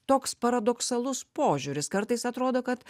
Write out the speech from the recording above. toks paradoksalus požiūris kartais atrodo kad